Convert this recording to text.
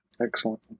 Excellent